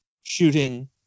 shooting